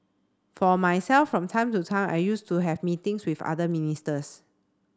for myself from time to time I used to have meetings with other ministers